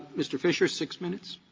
mr. fisher, six minutes.